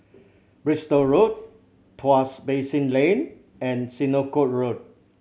Bristol Road Tuas Basin Lane and Senoko Road